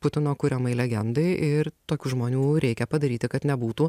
putino kuriamai legendai ir tokių žmonių reikia padaryti kad nebūtų